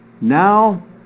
now